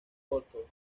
cortos